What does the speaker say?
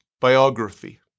biography